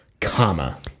comma